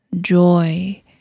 joy